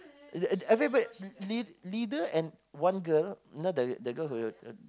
uh uh everybody lead~ leader and one girl you know the girl who